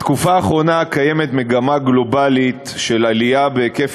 בתקופה האחרונה קיימת מגמה גלובלית של עלייה בהיקף